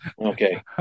Okay